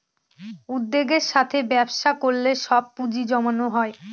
উদ্যোগের সাথে ব্যবসা করলে সব পুজিঁ জমানো হয়